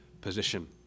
position